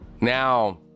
Now